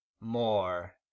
more